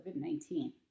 COVID-19